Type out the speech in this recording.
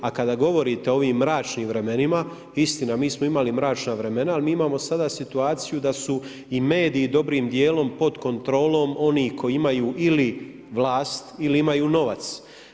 A kada govorite o ovim mračnim vremenima, istina, mi smo imali mračna vremena, ali mi imamo sada situaciju da su i mediji dobrim dijelom pod kontrolom onih koji imaju ili vlast ili imaju novac.